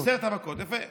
עשר המכות, יפה.